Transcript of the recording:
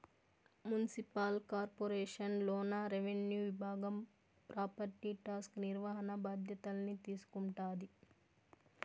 municipal corporation లోన revenue విభాగం property tax నిర్వహణ బాధ్యతల్ని తీసుకుంటాది